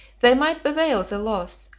they might bewail the loss,